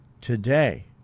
Today